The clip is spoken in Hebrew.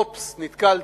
אופס, נתקלתי,